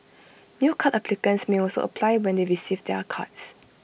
new card applicants may also apply when they receive their cards